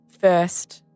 first